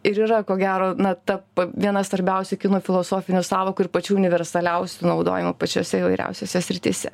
ir yra ko gero na ta vienas svarbiausių kinų filosofinių sąvokų ir pačių universaliausių naudojamų pačiose įvairiausiose srityse